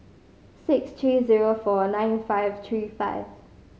six three zero four nine five three five